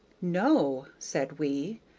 no, said we,